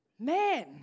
Man